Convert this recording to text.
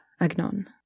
Agnon